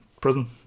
prison